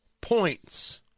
points